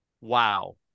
wow